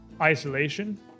isolation